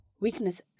weakness